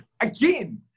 Again